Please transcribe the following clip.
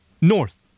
North